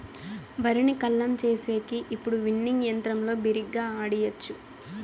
వరిని కల్లం చేసేకి ఇప్పుడు విన్నింగ్ యంత్రంతో బిరిగ్గా ఆడియచ్చు